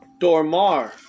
Dormar